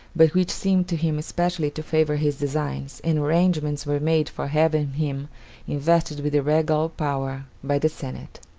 but which seemed to him specially to favor his designs, and arrangements were made for having him invested with the regal power by the senate.